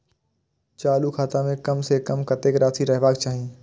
चालु खाता में कम से कम कतेक राशि रहबाक चाही?